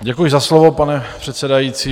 Děkuji za slovo, pane předsedající.